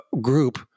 group